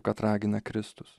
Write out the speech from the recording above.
kad ragina kristus